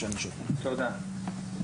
שקיבלתי,